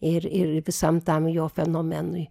ir ir visam tam jo fenomenui